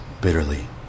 bitterly